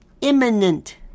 imminent